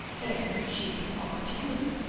and which she can offer to you.